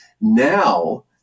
Now